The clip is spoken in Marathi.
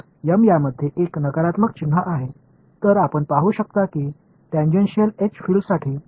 तर आपण पाहू शकता की टॅन्जेन्शियल एच फील्डसाठी हा संबंध मला मिळतो